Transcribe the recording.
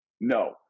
No